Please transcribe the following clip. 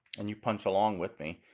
and you punch along with me.